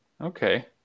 Okay